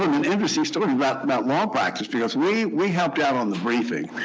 an interesting story about about law practice, because we we helped out on the briefing,